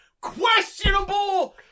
questionable